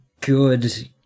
good